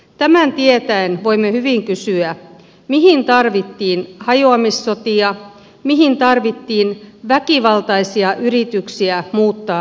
tämän tietäen voimme hyvin kysyä mihin tarvittiin hajoamissotia mihin tarvittiin väkivaltaisia yrityksiä muuttaa rajoja